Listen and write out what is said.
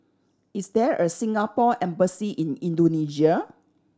is there a Singapore Embassy in Indonesia